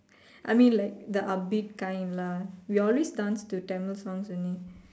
I mean like the upbeat kind lah we always dance to Tamil songs only